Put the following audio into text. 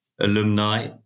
alumni